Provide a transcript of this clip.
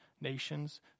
nations